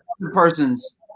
person's